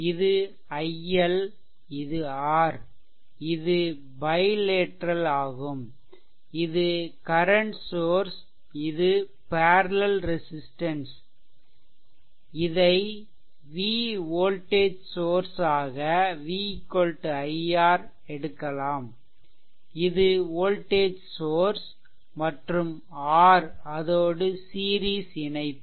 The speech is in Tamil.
இது iL இது R இது பைலேட்ரல் ஆகும்இது கரன்ட் சோர்ஸ் இது பேர்லல் resistance ரெசிஸ்ட்டன்ஸ் இதை v வோல்டேஜ் சோர்ஸ் ஆக v i R எடுக்கலாம் இது வோல்டேஜ் சோர்ஸ் v மற்றும் R அதோடு சீரீஸ் இணைப்பில்